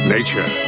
Nature